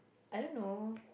I don't know